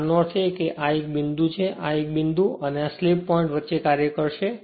આનો અર્થ એ છે કે આ બિંદુ એ આ બિંદુ અને આ સ્લીપ પોઈન્ટ વચ્ચે કાર્ય કરશે